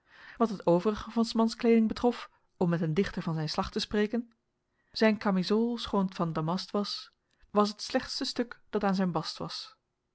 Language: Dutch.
wat het overige van s mans kleeding betrof om met een dichter van zijn slag te spreken zijn kamizool schoon t van damast was was t slechtste stuk dat aan zijn bast was